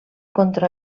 contra